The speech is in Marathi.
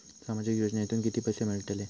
सामाजिक योजनेतून किती पैसे मिळतले?